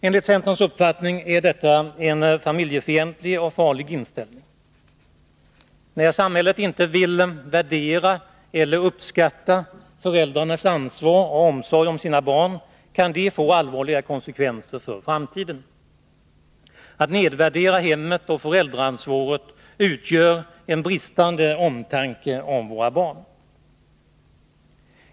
Enligt centerns uppfattning är detta en familjefientlig och farlig inställning. När samhället inte vill värdera eller uppskatta föräldrarnas ansvar för och omsorg om sina barn kan det få allvarliga konsekvenser för framtiden. Att nedvärdera hemmet och föräldraansvaret utgör en bristande omtanke om våra barn.